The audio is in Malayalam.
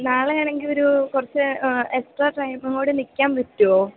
നാളെ ആണെങ്കിൽ ഒരു കുറച്ച് എക്സ്ട്രാ ടൈമും കൂടി നിൽക്കാൻ പറ്റുമോ